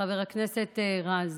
חבר הכנסת רז,